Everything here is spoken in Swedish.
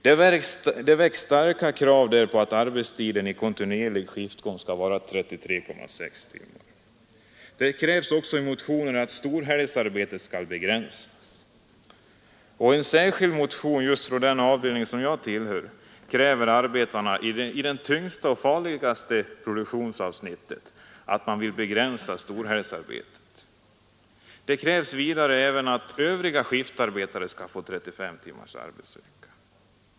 Det reses där starka krav på att arbetstiden i kontinuerlig skiftgång skall vara 33,6 timmar. I några motioner, bl.a. från den avdelning som jag tillhör, kräver arbetarna i det tyngsta och farligaste produktionsavsnittet en begränsning av storhelgsarbetet. Man kräver också att övriga skiftarbetare skall få 35 timmars arbetsvecka.